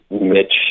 Mitch